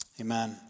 Amen